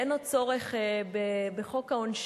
אין עוד צורך בחוק העונשין,